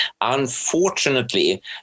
Unfortunately